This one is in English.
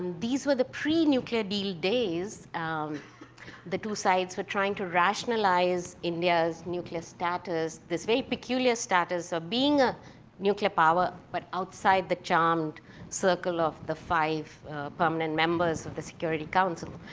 these were the pre nuclear deal days. um they two sides were trying to rationalize india's nuclear status, this very peculiar status of being a nuclear power, but outside the charmed circle of the five permanent members of the security council.